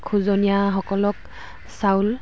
খোজনীয়াসকলক চাউল